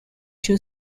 two